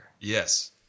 Yes